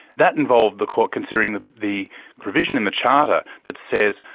that involved the court considering the the provision in the charter that says,